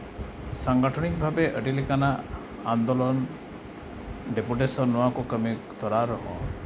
ᱥᱟᱝᱜᱚᱴᱷᱚᱱᱤᱠ ᱵᱷᱟᱵᱮ ᱟᱹᱰᱤ ᱞᱮᱠᱟᱱᱟᱜ ᱟᱱᱫᱳᱞᱳᱱ ᱰᱮᱯᱩᱴᱮᱥᱚᱱ ᱱᱚᱣᱟ ᱠᱚ ᱠᱟᱹᱢᱤ ᱛᱚᱨᱟᱣ ᱨᱮᱦᱚᱸ